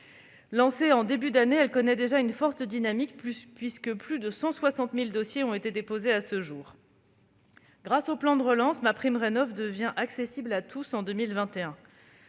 Lancé en début d'année, ce dispositif connaît déjà une forte dynamique, puisque plus de 160 000 dossiers ont été déposés à ce jour. Grâce au plan de relance, MaPrimeRénov'devient accessible à tous en 2021-